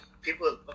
people